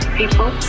people